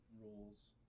rules